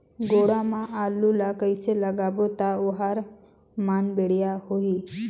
गोडा मा आलू ला कइसे लगाबो ता ओहार मान बेडिया होही?